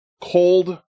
cold